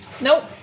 Nope